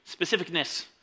specificness